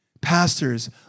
Pastors